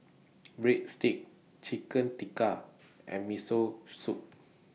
Breadsticks Chicken Tikka and Miso Soup